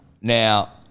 Now